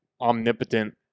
omnipotent